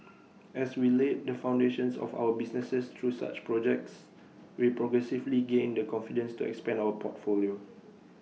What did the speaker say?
as we laid the foundations of our businesses through such projects we progressively gained the confidence to expand our portfolio